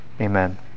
Amen